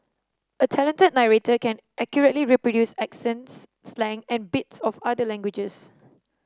a talented narrator can accurately reproduce accents slang and bits of other languages